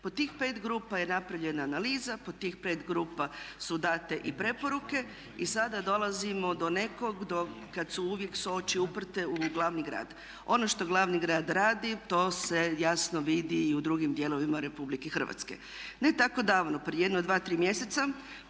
Po tih 5 grupa je napravljena analiza, po tih pet grupa su date i preporuke i sada dolazimo do nekog kad su uvijek oči uprte u glavni grad. Ono što glavni grad radi to se jasno vidi i u drugim dijelovima Republike Hrvatske. Ne tako davno, prije jedno 2, 3 mjeseca,